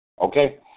okay